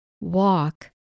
walk